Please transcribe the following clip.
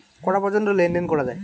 কটা পর্যন্ত লেন দেন করা য়ায়?